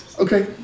Okay